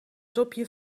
topje